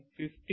15